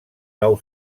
nou